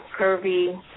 curvy